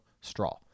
straw